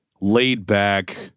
laid-back